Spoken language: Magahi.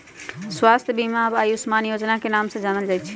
स्वास्थ्य बीमा अब आयुष्मान योजना के नाम से जानल जाई छई